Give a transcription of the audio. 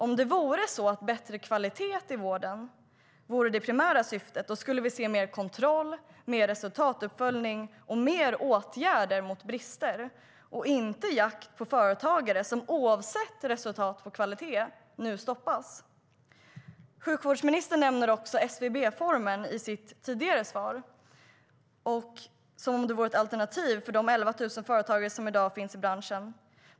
Om det vore så att bättre kvalitet i vården vore det primära syftet skulle vi se mer kontroll, mer resultatuppföljning och fler åtgärder mot brister - inte jakt på företagare som oavsett resultat och kvalitet nu stoppas. Sjukvårdsministern nämner också SVB-formen, som om det vore ett alternativ för de 11 000 företagare som i dag finns i branschen.